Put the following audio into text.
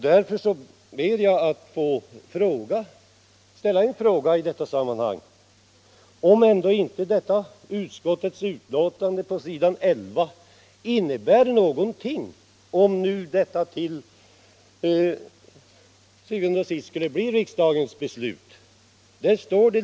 Därför ber jag att få ställa frågan om inte utskottets uttalande på s. 11 innebär någonting, om detta till sist skulle bli riksdagens beslut.